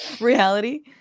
reality